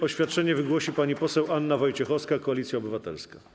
Oświadczenie wygłosi pani poseł Anna Wojciechowska, Koalicja Obywatelska.